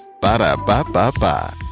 Ba-da-ba-ba-ba